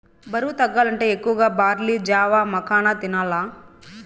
బరువు తగ్గాలంటే ఎక్కువగా బార్లీ జావ, మకాన తినాల్ల